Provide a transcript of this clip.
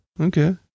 Okay